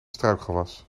struikgewas